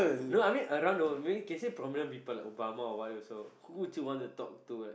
no I mean around the world maybe can say prominent people like Obama or what or so who would you want to talk or so